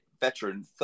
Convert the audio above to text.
veteran